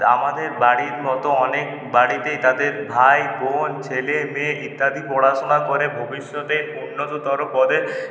আমাদের বাড়ির মতো অনেক বাড়িতেই তাদের ভাই বোন ছেলে মেয়ে ইত্যাদি পড়াশোনা করে ভবিষ্যতে উন্নততর পদে